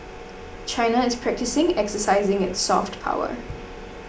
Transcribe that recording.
China is practising exercising its soft power